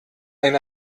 ein